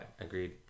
Agreed